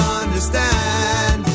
understand